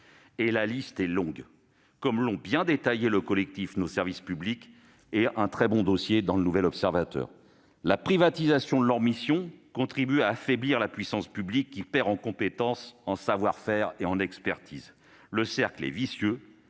Et la liste est longue, comme l'ont si bien détaillé le collectif « Nos Services Publics » et un très bon dossier dans ! La privatisation de leurs missions contribue à affaiblir la puissance publique, qui perd en compétences, en savoir-faire et en expertise. Le cercle est vicieux,